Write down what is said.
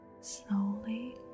Slowly